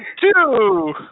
Two